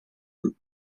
group